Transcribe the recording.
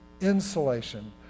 insulation